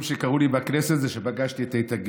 שקרו לי בכנסת זה שפגשתי את איתן גינזבורג.